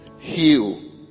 heal